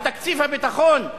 מתקציב הביטחון,